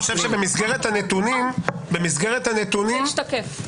אני חושב שבמסגרת הנתונים --- זה השתקף.